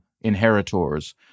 inheritors